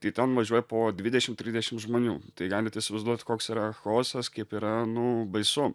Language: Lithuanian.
tai ten važiuoja po dvidešim trisdešim žmonių tai galit įsivaizduot koks yra chaosas kaip yra nu baisu